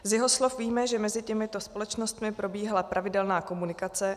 Z jeho slov víme, že mezi těmito společnostmi probíhala pravidelná komunikace.